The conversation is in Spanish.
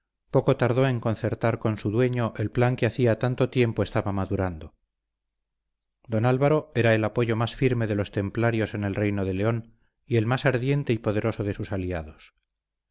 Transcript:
poco tardó en concertar con su dueño el plan que hacía tanto tiempo estaba madurando don álvaro era el apoyo más firme de los templarios en el reino de león y el más ardiente y poderoso de sus aliados